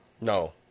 no